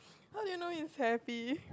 how do you know if happy